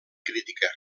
crítica